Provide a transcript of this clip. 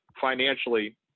financially